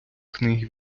книги